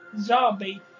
zombie